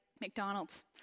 McDonald's